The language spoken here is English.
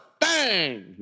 bang